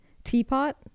teapot